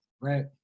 right